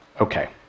Okay